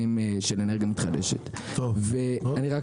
אני מאוד